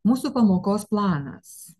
mūsų pamokos planas